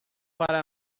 para